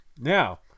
now